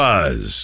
Buzz